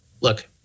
look